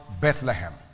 Bethlehem